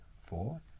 four